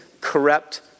corrupt